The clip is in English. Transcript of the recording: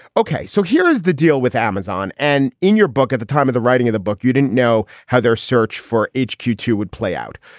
ok. so here is the deal with amazon. and in your book, at the time of the writing of the book, you didn't know how their search for each q two would play out.